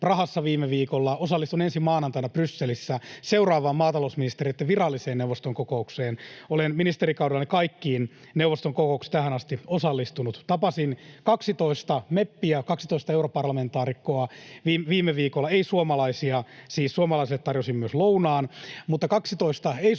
viime viikolla. Osallistun ensi maanantaina Brysselissä seuraavaan maatalousministereitten viralliseen neuvoston kokoukseen. Olen ministerikaudella kaikkiin neuvoston kokouksiin tähän asti osallistunut. Tapasin kaksitoista meppiä, kaksitoista europarlamentaarikkoa, viime viikolla, ei suomalaisia. Siis suomalaisille tarjosin myös lounaan, mutta kaksitoista